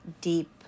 deep